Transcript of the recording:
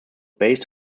based